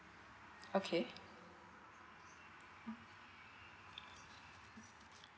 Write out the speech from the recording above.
okay